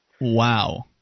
Wow